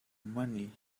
money